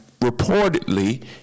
reportedly